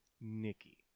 Nikki